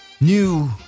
New